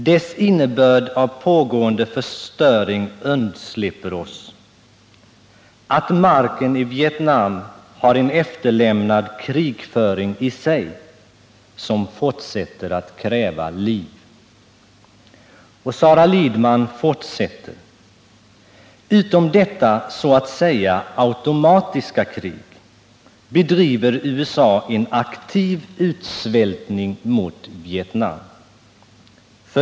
Dess innebörd av pågående förstöring undslipper oss; att marken i Vietnam har en efterlämnad krigföring i sig, som fortsätter att kräva liv.” Sara Lidman fortsätter: ”Utom detta så att säga automatiska krig, bedriver USA en aktiv utsvältning mot Vietnam.